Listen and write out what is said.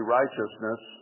righteousness